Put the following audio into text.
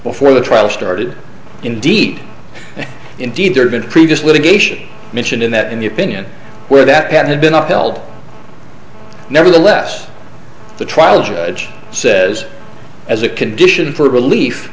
before the trial started indeed indeed there have been previous litigation mentioned in that in the opinion where that had been upheld nevertheless the trial judge says as a condition for relief